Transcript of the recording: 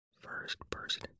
first-person